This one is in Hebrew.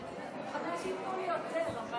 הלוואי שייתנו לי יותר.